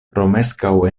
romeskaŭ